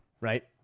right